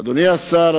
אדוני השר,